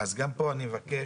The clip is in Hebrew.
אז גם פה אני מבקש,